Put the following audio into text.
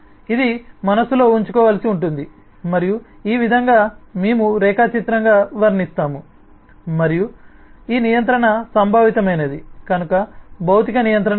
ఇది మనస్సులో ఉంచుకోవలసి ఉంటుంది మరియు ఈ విధంగా మేము రేఖాచిత్రంగా వర్ణిస్తాము మరియు ఈ నియంత్రణ సంభావితమైనది కనుక భౌతిక నియంత్రణ లేదు